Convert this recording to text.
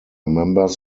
members